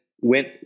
went